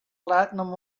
platinum